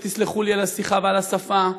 ותסלחו לי על השיחה ועל השפה,